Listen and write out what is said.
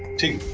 to